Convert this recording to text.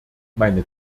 meine